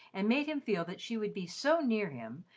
and made him feel that she would be so near him,